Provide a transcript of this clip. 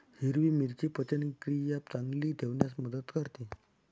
हिरवी मिरची पचनक्रिया चांगली ठेवण्यास मदत करते